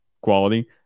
quality